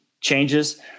changes